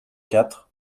quatre